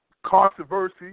controversy